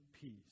peace